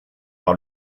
par